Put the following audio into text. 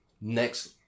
next